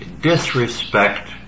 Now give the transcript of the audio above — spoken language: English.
disrespect